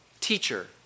Teacher